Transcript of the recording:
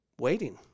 waiting